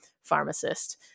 pharmacist